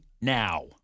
now